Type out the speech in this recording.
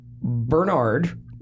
Bernard